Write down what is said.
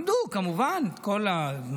למדו כמובן את כל הגמרא,